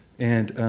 and